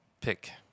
pick